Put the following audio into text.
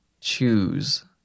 choose